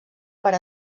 per